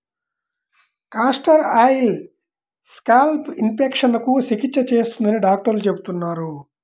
castor oil scalp ఇన్ఫెక్షన్లకు చికిత్స చేస్తుందని డాక్టర్లు చెబుతున్నారు